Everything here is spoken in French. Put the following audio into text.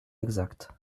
exact